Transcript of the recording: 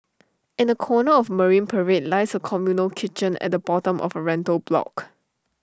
in A corner of marine parade lies A communal kitchen at the bottom of A rental block